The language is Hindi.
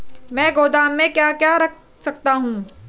मैं गोदाम में क्या क्या रख सकता हूँ?